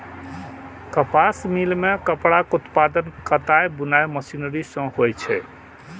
कपास मिल मे कपड़ाक उत्पादन कताइ बुनाइ मशीनरी सं होइ छै